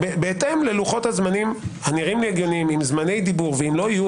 שבהתאם ללוחות הזמנים הנראים לי הגיוניים עם זמני דיבור ואם לא יהיו